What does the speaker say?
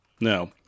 No